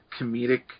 comedic